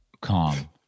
Calm